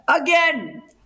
again